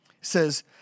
says